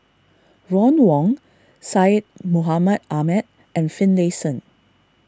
Ron Wong Syed Mohamed Ahmed and Finlayson